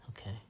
Okay